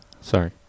Sorry